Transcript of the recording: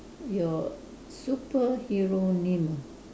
your superhero name ah